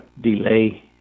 delay